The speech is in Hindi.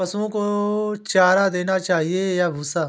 पशुओं को चारा देना चाहिए या भूसा?